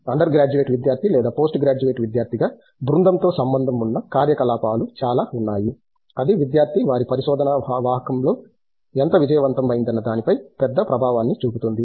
undergraduate విద్యార్థి లేదా post graduate విద్యార్థిగా బృందంతో సంబంధం ఉన్న కార్యకలాపాలు చాలా ఉన్నాయి అది విద్యార్థి వారి పరిశోధనా వాహకంలో ఎంత విజయవంతమైందనే దానిపై పెద్ద ప్రభావాన్ని చూపుతుంది